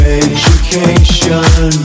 education